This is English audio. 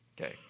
Okay